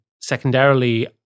secondarily